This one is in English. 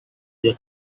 their